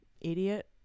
Idiot